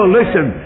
listen